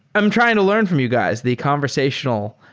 i'm trying to learn from you guys, the conversational,